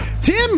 Tim